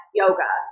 yoga